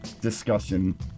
discussion